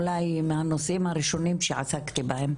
אולי מהנושאים הראשונים שעסקתי בהם,